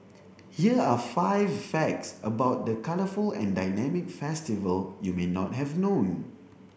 here are five facts about the colourful and dynamic festival you may not have known